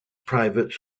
private